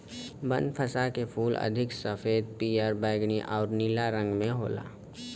बनफशा के फूल अधिक सफ़ेद, पियर, बैगनी आउर नीला रंग में होला